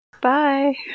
Bye